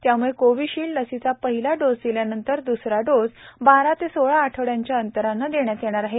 त्याम्ळे कोव्हिशील्ड लसीचा पहिला डोस दिल्यानंतर द्सरा डोस बारा ते सोळा आठवड्यांच्या अंतराने देण्यात आहे